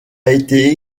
été